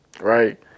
right